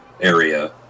area